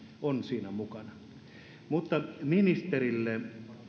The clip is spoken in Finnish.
on siinä mukana ministerille